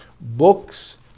books